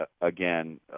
again